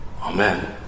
Amen